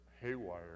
haywire